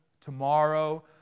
tomorrow